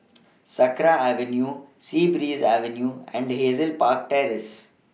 Sakra Avenue Sea Breeze Avenue and Hazel Park Terrace